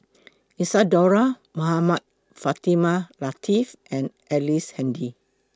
Isadhora Mohamed Fatimah Lateef and Ellice Handy